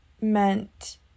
meant